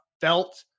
felt